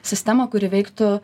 sistemą kuri veiktų